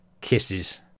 kisses